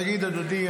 להגיד: אדוני,